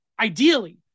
ideally